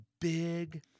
big